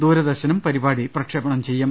ദൂരദർശനും പരിപാടി സംപ്രേക്ഷണം ചെയ്യും